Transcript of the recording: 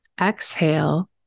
Exhale